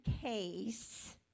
case